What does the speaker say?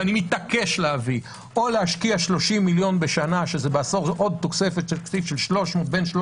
ואני מתעקש להביא או להשקיע 30 מיליון בשנה שזה בעשור בין 300